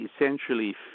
essentially